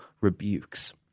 rebukes